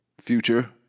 future